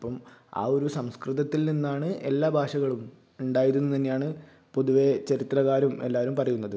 അപ്പം ആ ഒരു സംസ്കൃതത്തില് നിന്നാണ് എല്ലാ ഭാഷകളും ഉണ്ടായിരുന്നതെന്നു തന്നെയാണ് പൊതുവേ ചരിത്രകാരും എല്ലാവരും പറയുന്നത്